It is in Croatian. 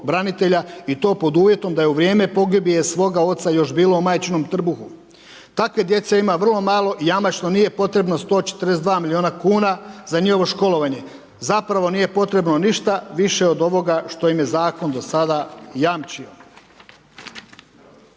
i to pod uvjetom da je u vrijeme pogibije svoga oca još bilo u majčinom trbuhu. Takve djece ima vrlo malo i jamačno nije potrebno 142 milijuna kuna za njihovo školovanje, zapravo nije potrebno ništa više od ovoga što im je zakon do sada jamčio.